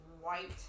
white